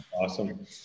Awesome